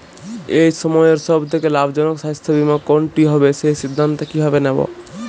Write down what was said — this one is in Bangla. এই সময়ের সব থেকে লাভজনক স্বাস্থ্য বীমা কোনটি হবে সেই সিদ্ধান্ত কীভাবে নেব?